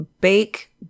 Bake